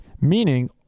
meaning